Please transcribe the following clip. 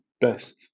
best